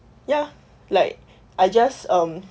ya like I just um